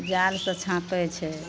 जालसे छाँकै छै